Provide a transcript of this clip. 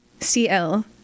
C-L